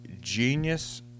genius